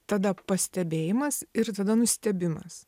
tada pastebėjimas ir tada nustebimas